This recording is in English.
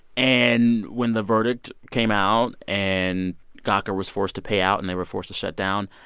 and when the verdict came out and gawker was forced to pay out and they were forced to shut down,